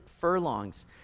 furlongs